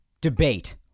debate